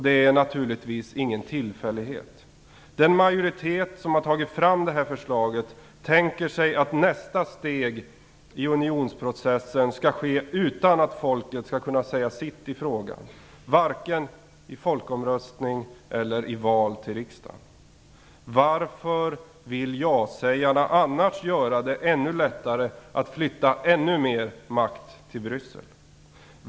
Det är naturligtvis ingen tillfällighet. Den majoritet som har tagit fram det här förslaget tänker sig att nästa steg i unionsprocessen skall ske utan att folket skall kunna säga sitt i frågan vare sig i folkomröstning eller i val till riksdagen. Varför vill jasägarna annars göra det ännu lättare att flytta ännu mera makt till Bryssel?